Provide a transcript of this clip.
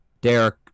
Derek